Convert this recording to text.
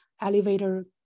elevator